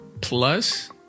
plus